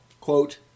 quote